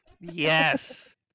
Yes